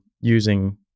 using